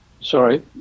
Sorry